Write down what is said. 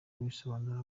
kubisobanura